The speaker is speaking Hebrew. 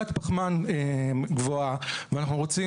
לכן קבע המחוקק